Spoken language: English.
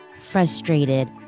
frustrated